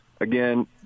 again